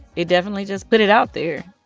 it definitely just put it out there.